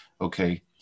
okay